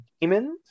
Demons